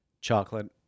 chocolate